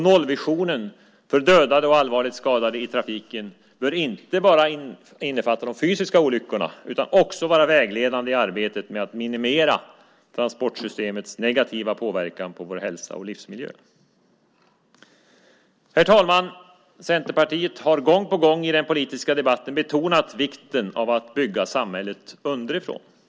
Nollvisionen för dödade och allvarligt skadade i trafiken bör inte bara innefatta de fysiska olyckorna utan också vara vägledande i arbetet med att minimera transportsystemets negativa påverkan på vår hälsa och livsmiljö. Herr talman! Centerpartiet har gång på gång i den politiska debatten betonat vikten av att bygga samhället underifrån.